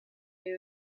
est